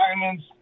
diamonds